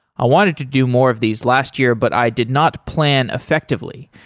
i wanted to do more of these last year but i did not plan effectively.